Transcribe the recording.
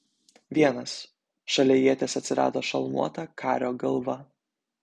vienas šalia ieties atsirado šalmuota kario galva